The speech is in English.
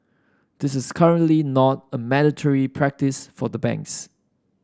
this is currently not a mandatory practice for banks